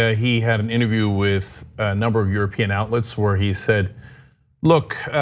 ah he had an interview with a number of european athletes where he said look,